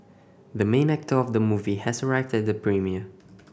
the main actor of the movie has arrived at the premiere